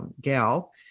gal